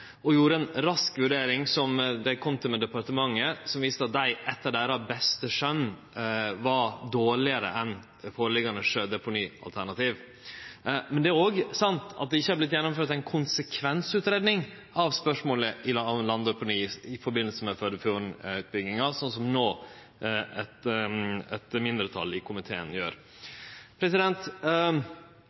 gjorde ei rask vurdering som dei kom til departementet med, og den viste at etter deira beste skjøn var det alternativet dårlegare enn det føreliggjande sjødeponialternativet. Det er også sant at det ikkje har vorte gjennomført ei konsekvensutgreiing av spørsmålet om landdeponi i samband med Førdefjorden-utbygginga, slik som eit mindretal i komiteen